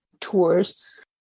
tours